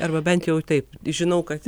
arba bent jau taip žinau kad